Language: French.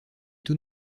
tout